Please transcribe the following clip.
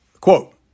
Quote